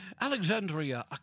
Alexandria